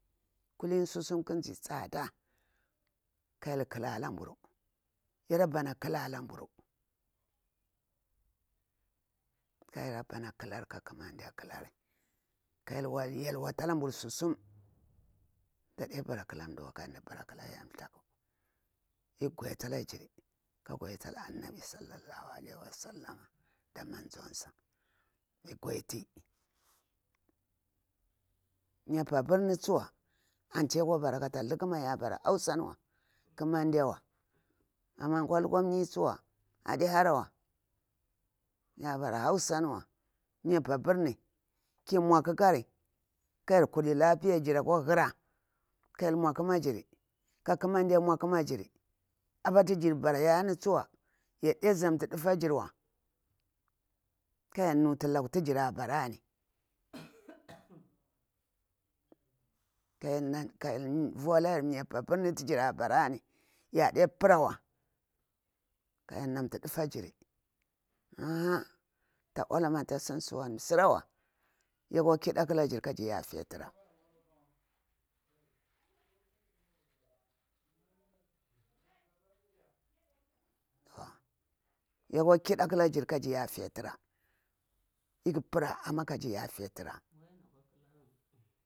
Kulini susum kahzi tsada ka hyel ƙalalam burci ka ya rabbana ƙalalamburu kaya rabba ƙalalal mburu ka ya brabba khalalamburu ka hyel yalwata lamburu sususm mdade bara akalamduwa kadu bara akala hyel iki godita alajin iki goditi ala annabi sallallahu alaihi wasallam iki goditi mah pabur ni tsuwa antu ya bara kata lukuma adi hausan wa kadewa amma akwa lukwa mi tsuwa adihara wa mah hausan wa ya bara may paburni ki lukumkari kayarkuri lapiya jira kjwa hura ka hyel mau akama jiri ka ƙamande mau aƙumajinin apatu jir bara yani tsuwa yar de zamtu ɗufajirwa kayar nutu lakutu jira barani ka hyel vula yaru may pabur tu jira barani yade purawa kayar namtu dafajini ta ola amma ta sinsuwa msira wa ya kwa chiɗa akala jini kajir yafetura, yakwa chi da aƙala jini ikha pra kajir yafe tura.